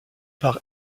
par